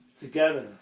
togetherness